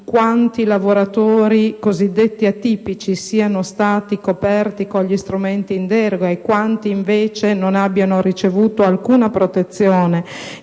quanti lavoratori cosiddetti atipici sono stati coperti con gli strumenti in deroga e di quanti, invece, non hanno ricevuto alcuna protezione